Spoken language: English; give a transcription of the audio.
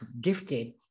gifted